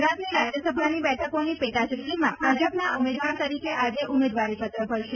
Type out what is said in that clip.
જયશંકર ગુજરાતની રાજ્યસભાની બેઠકોની પેટા ચૂંટણીમાં ભાજપના ઉમેદવાર તરીકે આજે ઉમેદવારીપત્ર ભરશે